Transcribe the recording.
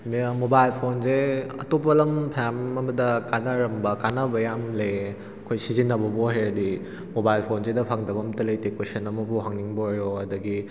mobile ꯐꯣꯟꯁꯦ ꯑꯇꯣꯞꯄ ꯂꯝ ꯐꯅꯌꯥꯝ ꯑꯃꯗ ꯀꯥꯟꯅꯔꯝꯕ ꯀꯥꯟꯅꯕ ꯌꯥꯝ ꯂꯩꯌꯦ ꯑꯩꯍꯣꯏ ꯁꯤꯖꯤꯟꯅꯕꯕꯨ ꯍꯩꯔꯗꯤ ꯃꯣꯕꯥꯏꯜ ꯐꯣꯟꯁꯤꯗ ꯐꯪꯗꯕ ꯑꯃꯇ ꯂꯩꯇꯦ ꯀꯣꯏꯁꯟ ꯑꯃꯕꯨ ꯍꯪꯅꯤꯡꯕ ꯑꯣꯏꯔꯣ ꯑꯗꯒꯤ